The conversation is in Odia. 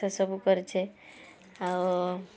ସେ ସବୁ କରିଛି ଆଉ